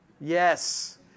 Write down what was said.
Yes